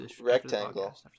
Rectangle